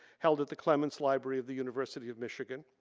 held at the clements library of the university of michigan,